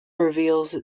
reveals